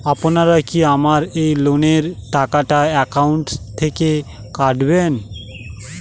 আপনারা কি আমার এই লোনের টাকাটা একাউন্ট থেকে কাটবেন?